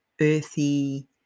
earthy